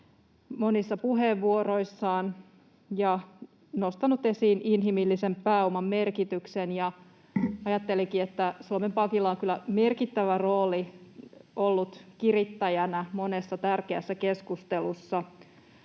toivottavaan suuntaan, ja nostanut esiin inhimillisen pääoman merkityksen. Ajattelinkin, että Suomen Pankilla on kyllä merkittävä rooli ollut kirittäjänä monessa tärkeässä keskustelussa,